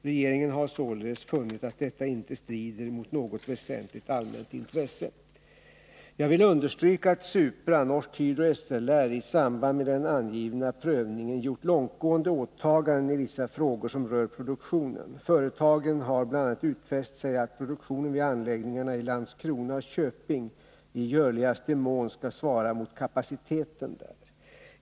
Regeringen har således funnit att detta inte strider mot något väsentligt allmänt intresse. Jag vill understryka att Supra, Norsk Hydro och SLR i samband med den angivna prövningen gjort långtgående åtaganden i vissa frågor som rör produktionen. Företagen har bl.a. utfäst sig att produktionen vid anläggningarna i Landskrona och Köping i görligaste mån skall svara mot kapaciteten där.